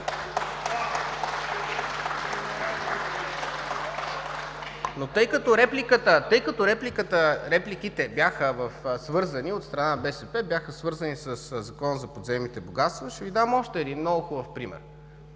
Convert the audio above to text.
Тъй като репликите от страна на БСП бяха свързани със Закона за подземните богатства, ще Ви дам още един, много хубав пример.